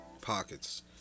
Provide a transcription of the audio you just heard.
pockets